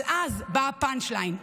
אבל אז בא הפאנץ' ליין,